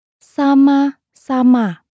Sama-sama